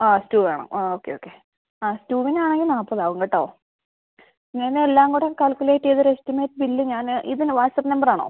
ആ സ്റ്റൂ വേണം ആ ഓക്കെ ഓക്കെ ആ സ്റ്റൂവിനാണെങ്കിൽ നാൽപ്പതാകും കേട്ടോ ഞാനെല്ലാം കൂടെ കാൽക്കുലേറ്റ് ചെയ്ത് ഒരു എസ്റ്റിമേറ്റ് ബിൽ ഞാൻ ഇതു വാട്സാപ്പ് നമ്പറാണോ